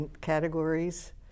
categories